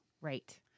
Right